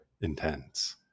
intense